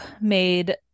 made